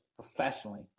professionally